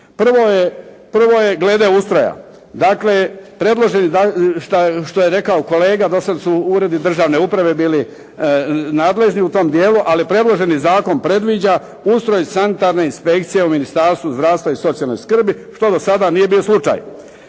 Prvo je glede ustroja. Dakle, što je rekao kolega do sad su uredi državne uprave bili nadležni u tom dijelu. Ali predloženi zakon predviđa ustroj sanitarne inspekcije u Ministarstvu zdravstva i socijalne skrbi što do sada nije bio slučaj.